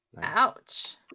ouch